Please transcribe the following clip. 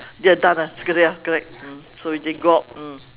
we are done ah it's clear correct mm so we can go out mm